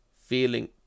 feeling